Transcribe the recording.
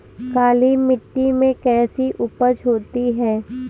काली मिट्टी में कैसी उपज होती है?